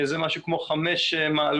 זה משהו כמו 5 מעלות